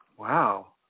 Wow